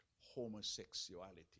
homosexuality